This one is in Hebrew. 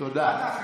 תודה.